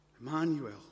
Emmanuel